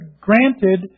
granted